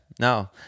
no